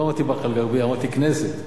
לא אמרתי באקה-אל-ע'רביה, אמרתי, כנסת.